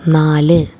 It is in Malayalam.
നാല്